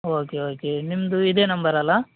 okay okay ನಿಮ್ಮದು ಇದೇ number ಅಲ್ಲ